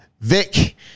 Vic